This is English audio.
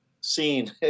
seen